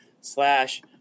slash